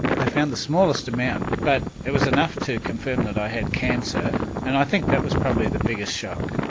they found the smallest amount, but it was enough to confirm that i had cancer. and i think that was probably the biggest shock.